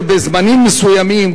בזמנים מסוימים,